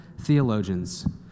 theologians